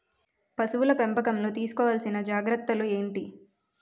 పశువుల పెంపకంలో తీసుకోవల్సిన జాగ్రత్తలు ఏంటి?